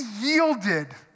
yielded